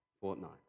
fortnight